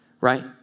Right